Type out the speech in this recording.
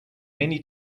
many